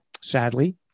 Sadly